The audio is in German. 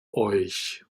euch